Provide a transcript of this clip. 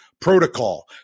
protocol